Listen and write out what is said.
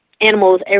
animals